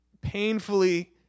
painfully